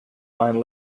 mind